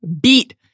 beat